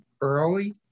early